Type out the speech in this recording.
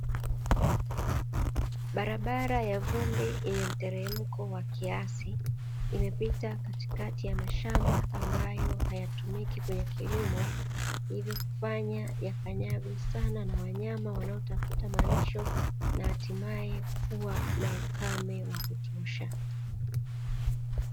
Barabara ya vumbi yenye mteremko wa kiasi imepita katikati ya mashamba ambayo hayatumiki kwenye kilimo, hivyo kufanya yakanyagwe sana na wanyama wanaotafuta malisho na hatimaye kuwa na ukame wa kutosha.